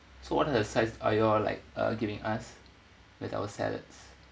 so what are the sides are you all like uh giving us with our salads